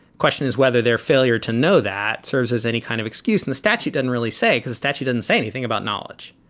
question is whether their failure to know that serves as any kind of excuse in the statute. didn't really say the statute, didn't say anything about knowledge.